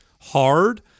hard